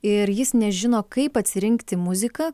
ir jis nežino kaip atsirinkti muziką